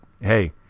hey